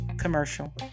commercial